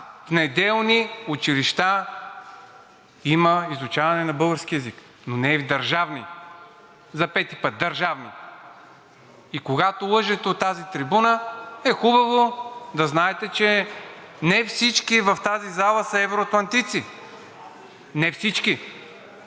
в неделни училища има изучаване на български език, но не и в държавни. За пети път – държавни! Когато лъжете от тази трибуна, е хубаво да знаете, че не всички в тази зала са евроатлантици. Не всички!